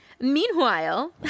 Meanwhile